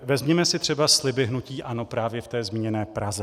Vezměme si třeba sliby hnutí ANO právě v té zmíněné Praze.